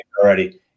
already